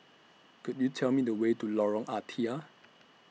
Could YOU Tell Me The Way to Lorong Ah Thia